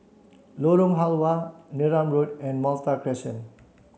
Lorong Halwa Neram Road and Malta Crescent